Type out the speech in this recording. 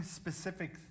specific